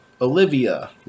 Olivia